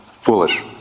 foolish